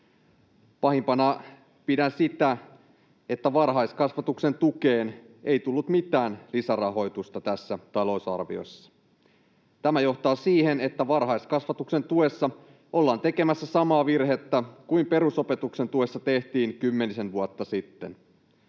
Pahimpana pidän sitä, että varhaiskasvatuksen tukeen ei tullut mitään lisärahoitusta tässä talousarviossa. Tämä johtaa siihen, että varhaiskasvatuksen tuessa ollaan tekemässä samaa virhettä kuin perusopetuksen tuessa tehtiin kymmenisen vuotta sitten: